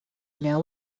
know